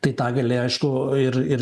tai tą gali aišku ir ir